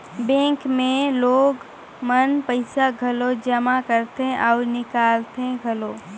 bank मे लोग मन पइसा घलो जमा करथे अउ निकालथें घलो